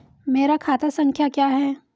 मेरा खाता संख्या क्या है?